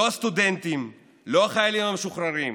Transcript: לא הסטודנטים, לא החיילים המשוחררים,